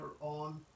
on